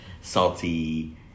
salty